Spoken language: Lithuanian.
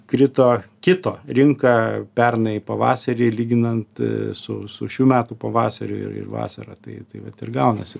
krito kito rinka pernai pavasarį lyginant su su šių metų pavasariu ir ir vasara tai tai vat ir gaunasi